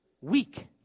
weak